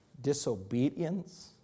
disobedience